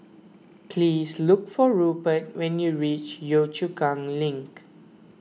please look for Rupert when you reach Yio Chu Kang Link